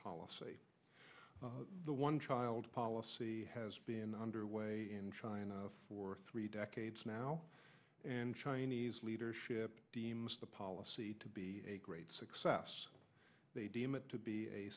policy the one child policy has been underway in china for three decades now and chinese leadership deems the policy to be a great success they deem it to be a